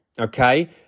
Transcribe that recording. Okay